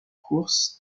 course